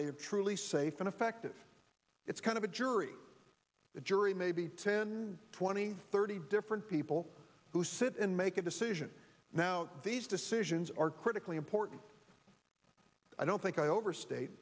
they are truly safe and effective it's kind of a jury the jury maybe ten twenty thirty different people who sit in make a decision now these decisions are critically important i don't think i overstate